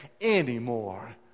anymore